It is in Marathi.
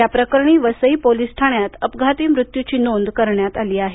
या प्रकरणी वसई पोलीस ठाण्यात अपघाती मृत्यूची नोंद करण्यात आली आहे